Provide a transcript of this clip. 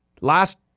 last